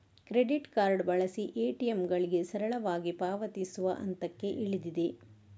credit card ಬಳಸಿ ಎ.ಟಿ.ಎಂಗಳಿಗೆ ಸರಳವಾಗಿ ಪಾವತಿಸುವ ಹಂತಕ್ಕೆ ಇಳಿದಿದೆ